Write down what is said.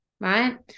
right